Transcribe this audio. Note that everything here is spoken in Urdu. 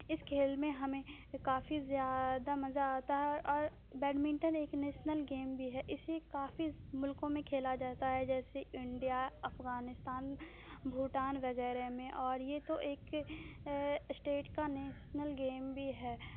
اس کھیل میں ہمیں کافی زیادہ مزہ آتا ہے اور بیڈمنٹن ایک نیشنل گیم بھی ہے اسے کافی ملکوں میں کھیلا جاتا ہے جیسے انڈیا افغانستان بھوٹان وغیرہ میں اور یہ تو ایک اسٹیٹ کا نیشنل گیم بھی ہے